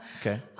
Okay